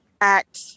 act